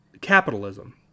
capitalism